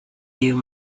you